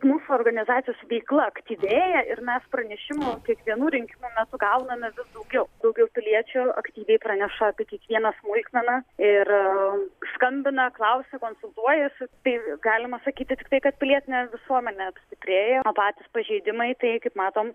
mūsų organizacijos veikla aktyvėja ir mes pranešimų kiekvienų rinkimų metu gauname vis daugiau daugiau piliečių aktyviai praneša apie kiekvieną smulkmeną ir skambina klausia konsultuojasi tai galima sakyti tik tai kad pilietinė visuomenė stiprėja o patys pažeidimai tai kaip matom